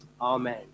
Amen